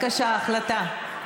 בבקשה, החלטה.